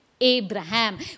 abraham